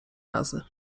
razy